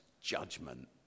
judgment